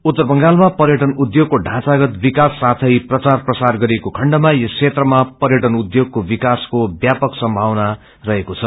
उत्तर बंगालमा पर्यटन उध्यागको ढ़ौँचागत विक्वस साथै प्रचार प्रसार गरिएको खण्डमा यस क्षेत्रमा पर्यटन उध्योगको विकासको व्यापक रं सम्भावना रहेको छ